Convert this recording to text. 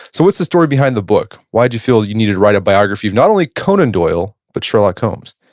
so what's the story behind the book? why do you feel you needed to write a biography of not only conan doyle, but sherlock holmes?